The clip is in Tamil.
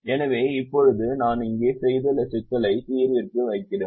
எனவே இப்போது நான் இங்கே செய்துள்ள சிக்கலை தீர்விற்குள் வைக்கிறோம்